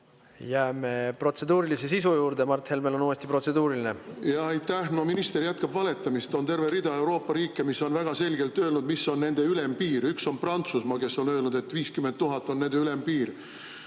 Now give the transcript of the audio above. Jääme protseduurilise sisu juurde. Mart Helmel on uuesti protseduuriline. Aitäh! No minister jätkab valetamist. On terve rida Euroopa riike, mis on väga selgelt öelnud, mis on nende ülempiir. Üks on Prantsusmaa, kes on öelnud, et 50 000 on nende ülempiir.